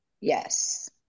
Yes